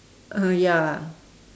uh ya